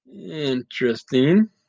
Interesting